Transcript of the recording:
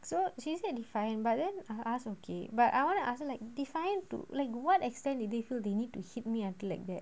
so she's that defiant but then I ask okay but I want to ask like defiant to like what extend it they feel they need to hit me until like that